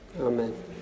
Amen